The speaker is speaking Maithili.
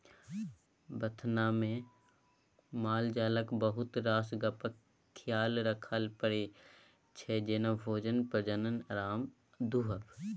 बथानमे मालजालक बहुत रास गप्पक खियाल राखय परै छै जेना भोजन, प्रजनन, आराम आ दुहब